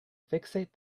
fixate